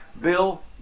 Bill